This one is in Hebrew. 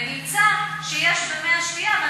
וזה נמצא במי השתייה.